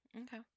Okay